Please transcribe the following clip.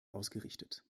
ausgerichtet